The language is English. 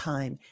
Time